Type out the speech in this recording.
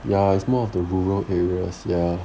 ya it's more of the rural areas ya